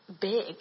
big